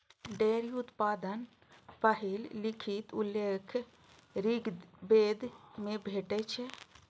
dairy उत्पादक पहिल लिखित उल्लेख ऋग्वेद मे भेटै छै